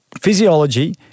physiology